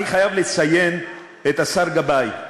אני חייב לציין את השר גבאי.